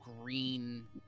green